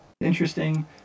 interesting